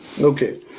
okay